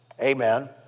Amen